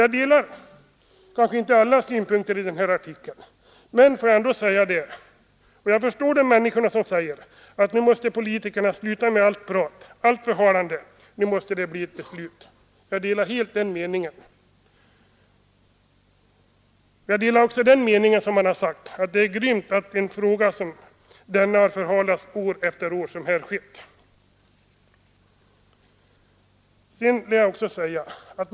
Jag instämmer kanske inte i alla synpunkterna i artikeln, men jag förstår de människor som säger att nu måste politikerna sluta upp med allt prat och allt förhalande — nu måste det bli ett beslut. Jag delar helt den meningen, och jag anser också att det är grymt att en fråga som denna förhalas år efter år på sätt som skett.